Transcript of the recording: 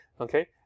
okay